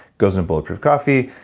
goes in bulletproof coffee,